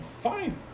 fine